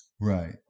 Right